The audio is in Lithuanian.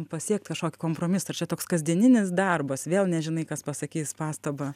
pasiekt kažkok kompromisą ar čia toks kasdieninis darbas vėl nežinai kas pasakys pastabą